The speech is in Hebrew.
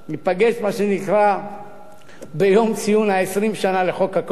ניפגש ביום ציון 20 שנה ליום הקולנוע.